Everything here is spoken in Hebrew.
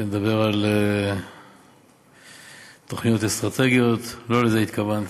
שאדבר על תוכניות אסטרטגיות, לא לזה התכוונתי.